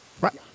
Right